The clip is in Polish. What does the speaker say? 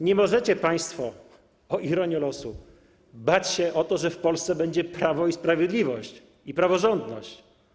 Nie możecie państwo, o ironio, bać się o to, że w Polsce będzie prawo i sprawiedliwość, i praworządność.